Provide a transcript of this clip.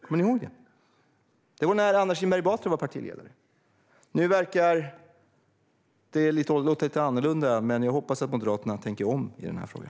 Kommer ni ihåg det? Det var när Anna Kinberg Batra var partiledare. Nu låter det lite annorlunda. Jag hoppas att Moderaterna tänker om i den här frågan.